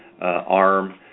arm